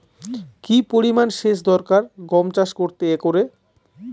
কি পরিমান সেচ দরকার গম চাষ করতে একরে?